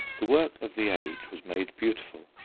the work of the age was made beautiful,